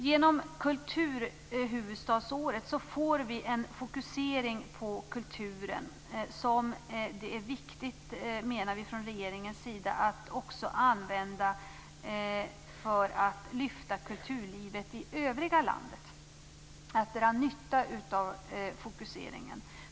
Genom Kulturhuvudstadsåret får vi en fokusering på kulturen som vi från regeringens sida menar är viktig att också använda för att lyfta kulturlivet i övriga landet. Det gäller att dra nytta av fokuseringen.